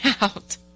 out